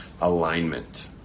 alignment